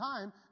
time